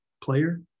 player